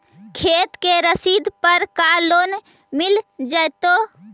खेत के रसिद पर का लोन मिल जइतै?